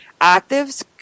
actives